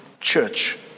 Church